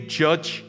judge